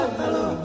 hello